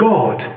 God